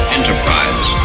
Enterprise